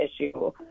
issue